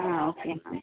ஆ ஓகேங்கனா